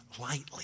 lightly